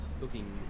looking